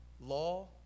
Law